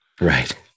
Right